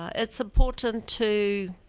it's important to